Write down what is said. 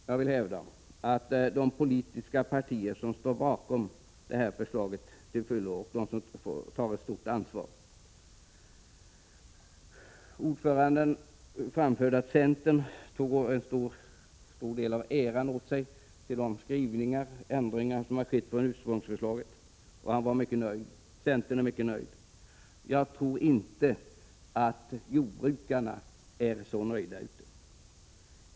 Jag vill hävda att de politiska partier som till fullo stöder detta förslag tar ett stort ansvar. Ordföranden framhöll att centern tog åt sig en stor del av äran för de ändringar i förhållande till ursprungsförslaget som gjorts och att man i centern var mycket nöjd. Men jag tror inte att jordbrukarna är så nöjda.